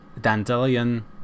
Dandelion